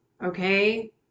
Okay